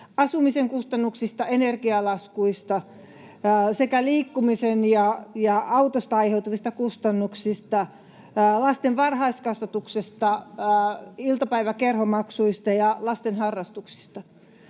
asumisen kustannuksista, energialaskuista sekä liikkumisesta ja autosta aiheutuvista kustannuksista, lasten varhaiskasvatuksesta, iltapäiväkerhomaksuista ja lasten harrastuksista.